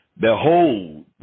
Behold